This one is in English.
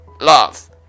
love